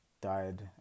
died